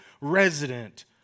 resident